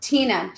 Tina